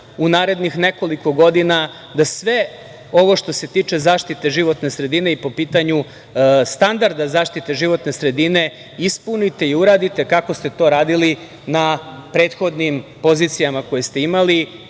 u narednih nekoliko godina, sve ovo što se tiče zaštite životne sredine i po pitanju standarda zaštite životne sredine ispunite i uradite kako ste to radili na prethodnim pozicijama koje ste imali,